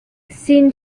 sin